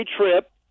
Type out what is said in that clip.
trip